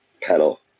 pedal